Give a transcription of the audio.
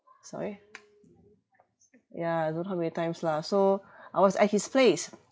sorry ya I don't know how many times lah so I was at his place